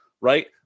right